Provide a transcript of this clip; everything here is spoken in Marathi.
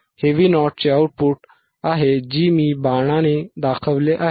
हे Vo चे आउटपुट आहे जे मी बाणाने दाखवले आहे